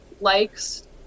likes